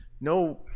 no